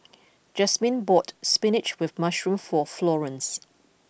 Jasmyne bought Spinach with Mushroom for Florance